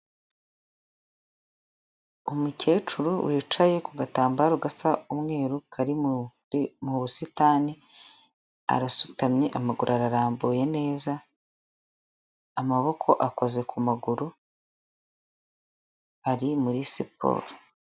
Umukecuru wicaye ku gatambaro gasa umweru kari mu busitani arasutamye amaguru ararambuye neza, amaboko akoze ku maguru ari muri siporo.